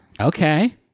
okay